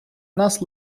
нас